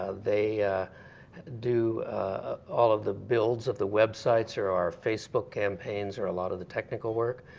ah they do all of the builds of the websites, or our facebook campaigns, or a lot of the technical work.